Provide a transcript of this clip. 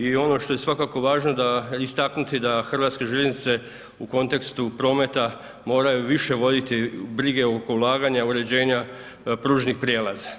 I ono što je svakako važno istaknuti da Hrvatske željeznice u kontekstu prometa moraju više voditi brige oko ulaganja i uređenja pružnih prijelaza.